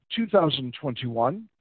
2021